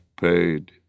paid